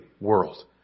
world